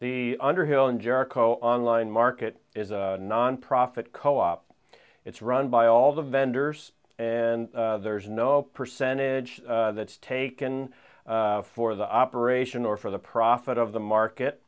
the underhill in jericho online market is a nonprofit co op it's run by all the vendors and there's no percentage that's taken for the operation or for the profit of the market